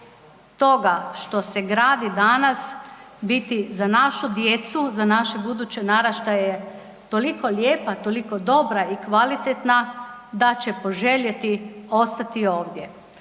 toga što se gradi danas biti za našu djecu, za naše buduće naraštaje toliko lijepa, toliko dobra i kvalitetna, da će poželjeti ostati ovdje.